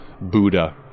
Buddha